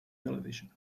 television